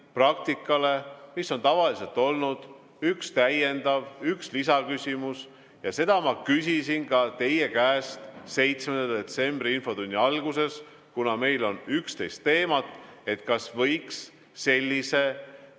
praktikale, mis on tavaliselt olnud: üks täiendav küsimus, üks lisaküsimus. Ja seda ma küsisin ka teie käest 7. detsembri infotunni alguses – kuna meil on 11 teemat –, et kas võiks sellise